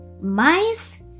mice